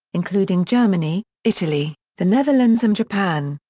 including germany, italy, the netherlands and japan.